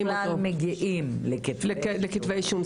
אם בכלל מגיעים לכתבי אישום.